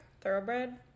thoroughbred